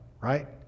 right